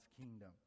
kingdom